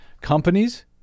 companies